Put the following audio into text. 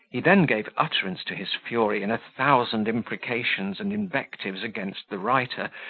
he then gave utterance to his fury in a thousand imprecations and invectives against the writer,